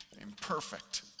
Imperfect